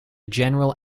general